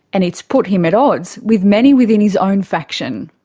and it's put him at odds with many within his own faction.